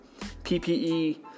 PPE